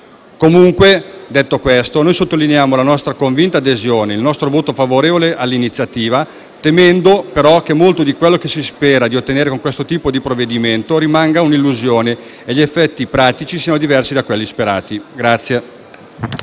guerra. Detto questo, sottolineiamo comunque la nostra convinta adesione e annunciamo il nostro voto favorevole all'iniziativa, temendo, però, che molto di quello che si spera di ottenere con questo tipo di provvedimento rimanga un'illusione e che gli effetti pratici siano diversi da quelli sperati.